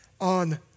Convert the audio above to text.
on